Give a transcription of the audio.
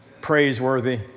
praiseworthy